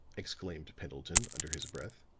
exclaimed pendleton under his breath.